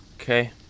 Okay